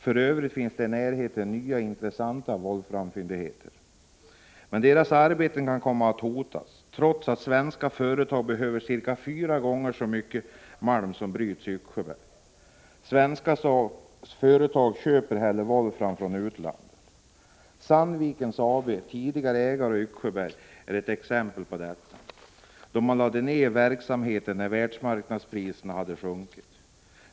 För övrigt finns i närheten nya intressanta volframfyndigheter. Men dessa människors arbeten kan komma att hotas trots att svenska företag behöver cirka fyra gånger så mycket malm som bryts i Yxsjöberg. Svenska företag köper hellre volfram från utlandet. Ett exempel på detta är Sandvik AB, tidigare ägare av Yxsjöberg, som lade ned verksamheten när världsmarknadspriserna sjönk.